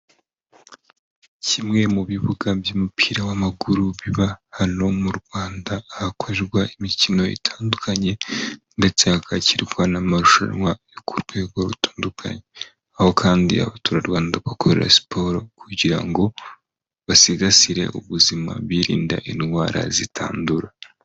Kimwe mu bibuga by'umupira w'amaguru biba hano mu Rwanda, ahakorerwa imikino itandukanye ndetse hakakirwa n'amarushanwa yo ku rwego rutandukanye, aho kandi abaturarwanda bakorera siporo kugira ngo basigasire ubuzima birinda indwara zitandura.